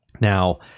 Now